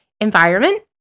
environment